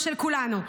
של כולנו,